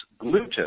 gluten